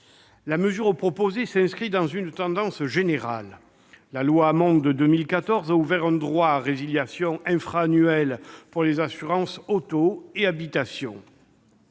mesure s'inscrit dans une tendance générale : la loi Hamon de 2014 a ouvert un droit à résiliation infra-annuelle pour les assurances auto et habitation.